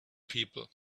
people